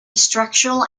structural